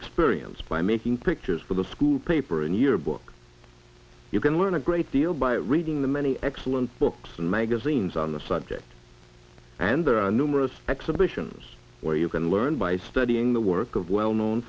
experience by making pictures for the school paper in your book you can learn a great deal by reading the many excellent books and magazines on the subject and there are numerous exhibitions where you can learn by studying the work of well known